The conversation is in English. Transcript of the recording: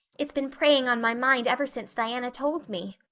it's been preying on my mind ever since diana told me.